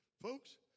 Folks